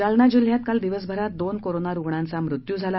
जालना जिल्ह्यात काल दिवसभरात दोन कोरोना रुग्णांचा मृत्यू झाला